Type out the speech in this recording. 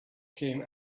came